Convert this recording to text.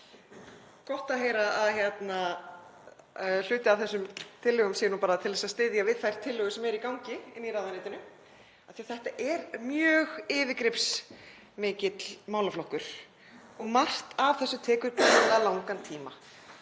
Gott að heyra að hluti af þessum tillögum sé bara til að styðja við þær tillögur sem eru í gangi í ráðuneytinu, af því þetta er mjög yfirgripsmikill málaflokkur og margt af þessu tekur gríðarlega langan tíma.